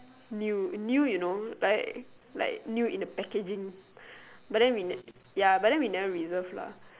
new new you know like like new in the packaging but then we ne~ ya but then we never reserved lah